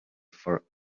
for